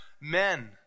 men